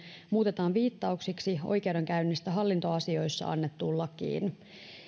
muutetaan viittauksiksi oikeudenkäynnistä hallintoasioissa annettuun lakiin